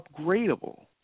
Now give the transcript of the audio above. upgradable